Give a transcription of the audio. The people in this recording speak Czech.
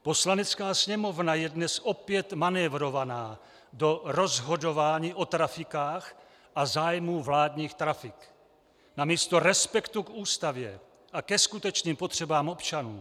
Poslanecká sněmovna je dnes opět manévrovaná do rozhodování o trafikách a zájmu vládních trafik namísto respektu k Ústavě a ke skutečným potřebám občanů.